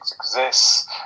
exists